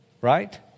Right